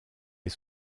est